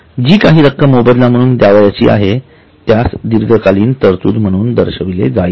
जी काही रक्कम मोबदला म्हणून द्यावयाची आहे त्यास दीर्घकालीन तरतूद म्हणून दर्शविले जाईल